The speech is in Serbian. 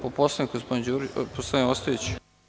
Po Poslovniku gospodin Ostojić.